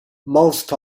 most